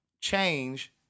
change